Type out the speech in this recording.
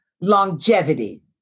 longevity